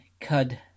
cud